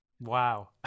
Wow